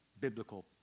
biblical